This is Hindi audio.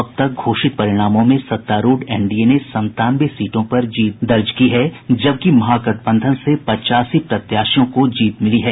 अब तक घोषित परिणामों में सत्तारूढ़ एनडीए ने संतानवे सीटों पर जीत दर्ज की है जबकि महागठबंधन से पचासी प्रत्याशियों को जीत मिली है